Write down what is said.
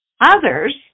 Others